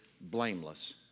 blameless